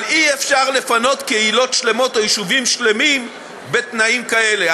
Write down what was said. אבל אי-אפשר לפנות קהילות שלמות או יישובים שלמים בתנאים כאלה.